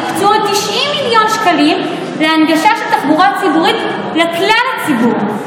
יוקצו עוד 90 מיליון שקלים להנגשה של תחבורה ציבורית לכלל הציבור,